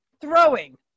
throwing